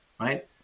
Right